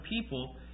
people